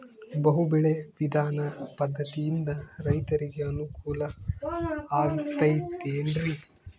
ಬಹು ಬೆಳೆ ವಿಧಾನ ಪದ್ಧತಿಯಿಂದ ರೈತರಿಗೆ ಅನುಕೂಲ ಆಗತೈತೇನ್ರಿ?